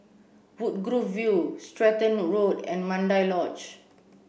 Woodgrove View Stratton Road and Mandai Lodge